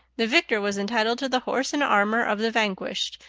the victor was entitled to the horse and armor of the vanquished,